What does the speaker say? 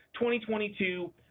2022